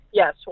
yes